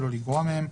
ולא לגרוע מהן,